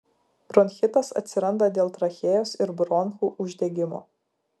bronchitas atsiranda dėl trachėjos ir bronchų uždegimo